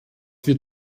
wir